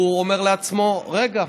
הוא אומר לעצמו: רגע,